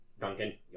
Duncan